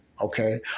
Okay